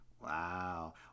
Wow